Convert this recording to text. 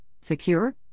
secure